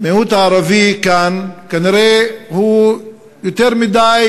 המיעוט הערבי כאן כנראה יותר מדי,